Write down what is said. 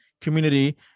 community